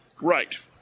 Right